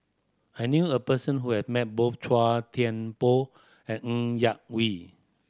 I knew a person who have met both Chua Thian Poh and Ng Yak Whee